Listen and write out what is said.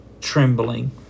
trembling